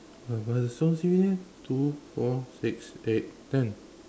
!wah! but it's all the same leh two four six eight ten